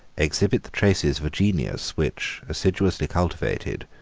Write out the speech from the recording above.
exhibit the traces of a genius which, assiduously cultivated,